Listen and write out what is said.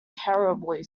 terribly